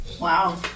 Wow